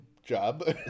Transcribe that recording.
job